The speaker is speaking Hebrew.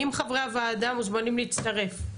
חברי הוועדה מוזמנים להצטרף.